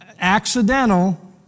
accidental